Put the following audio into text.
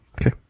Okay